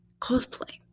cosplay